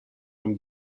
and